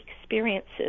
experiences